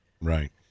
right